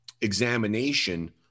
examination